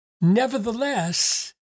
Nevertheless